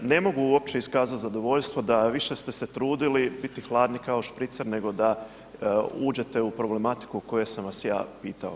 Ne mogu uopće iskazat zadovoljstvo da više ste se trudili biti hladni kao špricer, nego da uđete u problematiku o kojoj sam vas ja pitao.